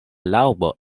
laŭbo